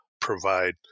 provide